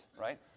right